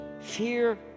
fear